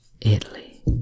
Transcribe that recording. Italy